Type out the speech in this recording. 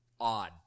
odd